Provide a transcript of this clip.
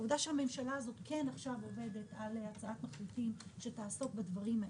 עובדה שהממשלה הזאת כן עובדת עכשיו על הצעת מחליטים שתעסוק בדברים האלה.